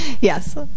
yes